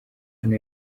hano